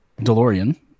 DeLorean